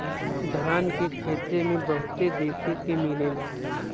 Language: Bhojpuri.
धान के खेते में बहुते देखे के मिलेला